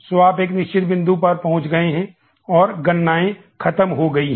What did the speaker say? तो आप एक निश्चित बिंदु पर पहुंच गए हैं और गणनाए खत्म हो गई हैं